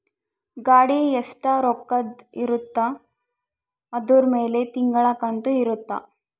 ಗಾಡಿ ಎಸ್ಟ ರೊಕ್ಕದ್ ಇರುತ್ತ ಅದುರ್ ಮೇಲೆ ತಿಂಗಳ ಕಂತು ಇರುತ್ತ